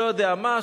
לא יודע מה,